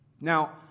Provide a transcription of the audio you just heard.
Now